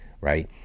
right